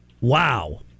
Wow